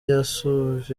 yusuf